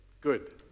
Good